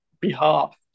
behalf